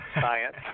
Science